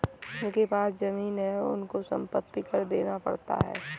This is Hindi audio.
जिनके पास जमीने हैं उनको संपत्ति कर देना पड़ता है